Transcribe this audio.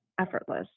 effortless